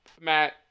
Matt